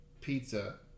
pizza